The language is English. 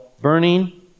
burning